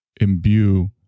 imbue